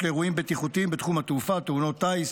לאירועים בטיחותיים בתחום התעופה: תאונות טיס,